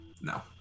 No